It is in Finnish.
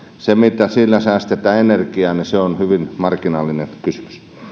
se mitä siinä säästetään energiaa on hyvin marginaalinen kysymys